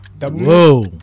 Whoa